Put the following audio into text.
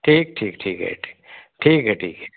ठीक ठीक ठीक है ठीक है ठीक है ठीक है